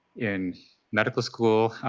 in medical school,